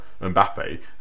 Mbappe